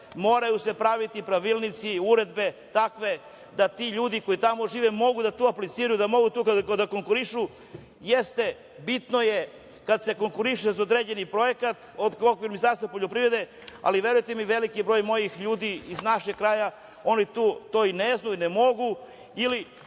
moraju se praviti pravilnici, uredbe takve da ti ljudi koji tamo žive mogu da tu apliciraju, da mogu tu da konkurišu. Bitno je kada se konkuriše za određeni projekat u okviru Ministarstva poljoprivrede, ali verujte mi, veliki broj mojih ljudi iz našeg kraja to i ne znaju i ne mogu ili